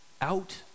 out